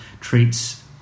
treats